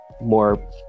more